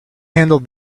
handle